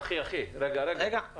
רגע, רגע.